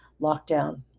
lockdown